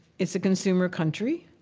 it's a consumer country.